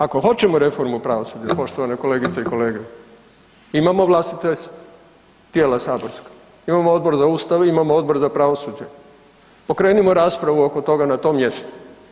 Ako hoćemo reformu pravosuđa poštovane kolegice i kolege, imamo vlastita tijela saborska, imamo Odbor za Ustav, imamo Odbor za pravosuđe pokrenimo raspravu oko toga na tom mjestu.